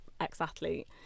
ex-athlete